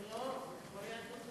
אדוני היושב-ראש, תודה, גברתי